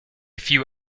few